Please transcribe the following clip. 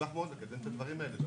אשמח מאוד לקדם את הדברים האלה.